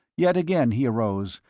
yet again he arose,